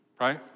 right